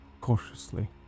cautiously